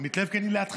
מיכאל.